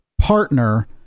partner